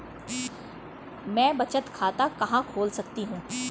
मैं बचत खाता कहां खोल सकती हूँ?